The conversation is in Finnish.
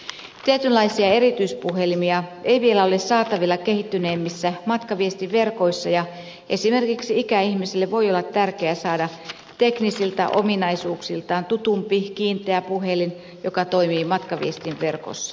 tietynlaisia erityispuhelimia ei vielä ole saatavilla kehittyneimmissä matkaviestinverkoissa ja esimerkiksi ikäihmisille voi olla tärkeää saada teknisiltä ominaisuuksiltaan tutumpi kiinteä puhelin joka toimii matkaviestinverkossa